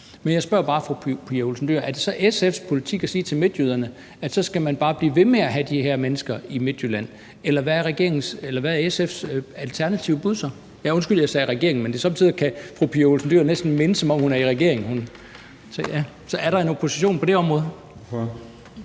fru Pia Olsen Dyhr: Er det så SF's politik at sige til midtjyderne, at så skal man bare blive ved med at have de her mennesker i Midtjylland? Eller hvad er regeringens, nej, SF's alternative bud så? Ja, undskyld, jeg sagde regeringen, men somme tider kan det næsten virke, som om fru Pia Olsen Dyhr er i regering. Så er der en opposition på det område?